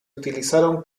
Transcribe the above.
utilizaron